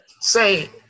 say